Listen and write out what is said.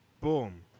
Boom